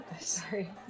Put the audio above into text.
Sorry